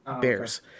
bears